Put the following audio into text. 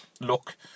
Look